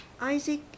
Isaac